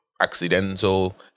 accidental